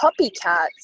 copycats